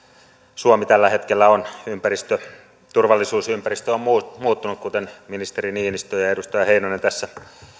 suomi tällä hetkellä on turvallisuusympäristö on muuttunut kuten ministeri niinistö ja ja edustaja heinonen tässä